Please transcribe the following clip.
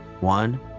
one